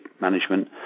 management